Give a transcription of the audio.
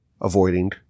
avoiding